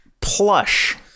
plush